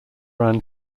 ran